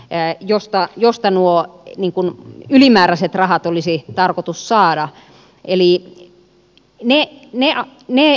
ne jotka josta nuo nipun ylimääräiset rahat olisi tarkoitus saada eli ne näin ne